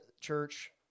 church